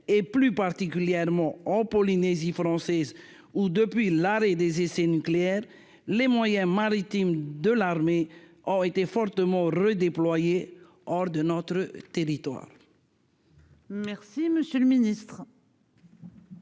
et plus particulièrement en Polynésie française où, depuis l'arrêt des essais nucléaires, les moyens maritimes de l'armée aurait été fortement redéployés hors de notre territoire. Merci, monsieur le Ministre.